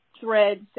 threads